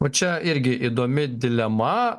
o čia irgi įdomi dilema